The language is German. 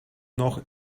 noch